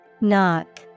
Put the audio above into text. Knock